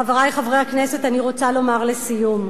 חברי חברי הכנסת, אני רוצה לומר לסיום,